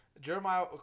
Jeremiah